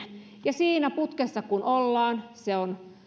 ja siinä putkessa ollaan